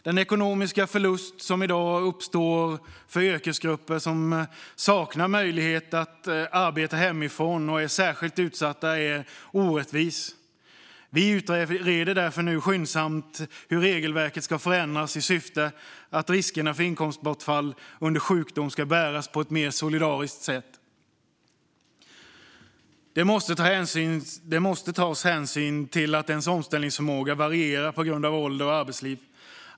Den ekonomiska förlust som i dag uppstår för yrkesgrupper som saknar möjlighet att arbeta hemifrån och är särskilt utsatta är orättvis. Vi utreder därför nu skyndsamt hur regelverket ska förändras, med syfte att riskerna för inkomstbortfall under sjukdom ska bäras på ett mer solidariskt sätt. Hänsyn måste tas till att ens omställningsförmåga varierar på grund av ålder och arbetsliv.